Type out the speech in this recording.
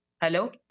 Hello